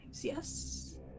yes